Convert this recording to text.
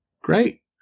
Great